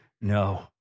No